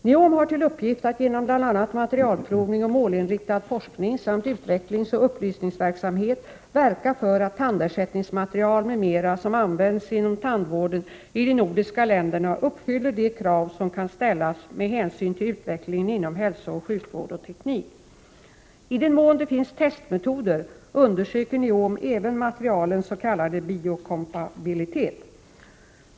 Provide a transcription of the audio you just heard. NIOM har till uppgift att genom bl.a. materialprovning och målinriktad forskning samt utvecklingsoch upplysningsverksamhet verka för att tandersättningsmaterial m.m. som används inom tandvården i de nordiska länderna uppfyller de krav som kan ställas med hänsyn till utvecklingen inom hälsooch sjukvård och teknik. I den mån det finns testmetoder undersöker NIOM även materialens s.k. bio-kompabilitet.